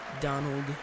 Donald